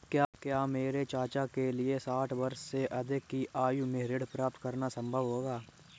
क्या मेरे चाचा के लिए साठ वर्ष से अधिक की आयु में ऋण प्राप्त करना संभव होगा?